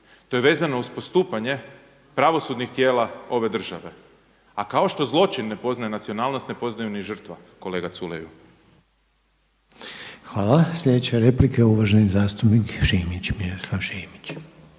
To je vezano uz postupanje pravosudnih tijela ove države. A kao što zločin ne poznaje nacionalnost, ne poznaje ju ni žrtva kolega Culeju. **Reiner, Željko (HDZ)** Hvala. Sljedeća replika je uvaženi zastupnik Šimić, Miroslav Šimić.